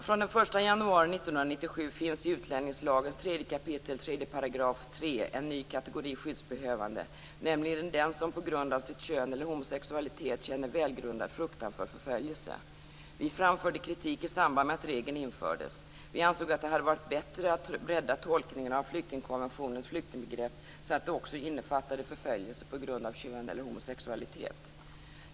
Från den 1 januari 1997 finns i 3 kap. 3 § 3. utlänningslagen en ny kategori skyddsbehövande, nämligen de som på grund av kön eller homosexualitet känner välgrundad fruktan för förföljelse. Vi framförde kritik i samband med att regeln infördes. Vi ansåg att det hade varit bättre att bredda tolkningen av flyktingkonventionens flyktingbegrepp så att det också innefattade förföljelse på grund av kön eller homosexualitet.